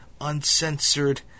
uncensored